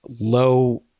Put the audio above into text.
low